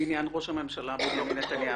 בעניין ראש הממשלה בנימין נתניהו?